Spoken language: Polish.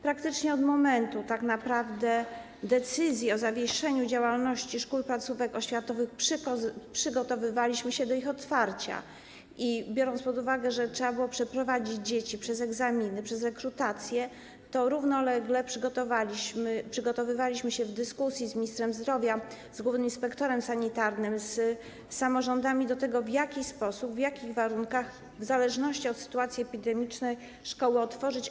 Praktycznie od momentu decyzji o zawieszeniu działalności szkół i placówek oświatowych przygotowywaliśmy się do ich otwarcia i biorąc pod uwagę, że trzeba było przeprowadzić dzieci przez egzaminy, przez rekrutację, równolegle przygotowywaliśmy się w dyskusji z ministrem zdrowia, z głównym inspektorem sanitarnym, z samorządami do tego, w jaki sposób, w jakich warunkach w zależności od sytuacji epidemicznej szkoły otworzyć.